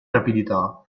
rapidità